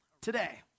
today